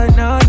no